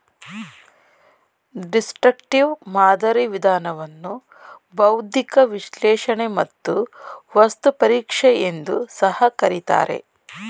destructive ಮಾದರಿ ವಿಧಾನವನ್ನು ಬೌದ್ಧಿಕ ವಿಶ್ಲೇಷಣೆ ಮತ್ತು ವಸ್ತು ಪರೀಕ್ಷೆ ಎಂದು ಸಹ ಕರಿತಾರೆ